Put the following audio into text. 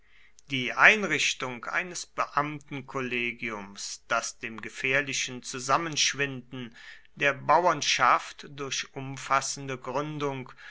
die einrichtung eines beamtenkollegiums das dem gefährlichen zusammenschwinden der bauernschaft durch umfassende gründung